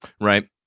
Right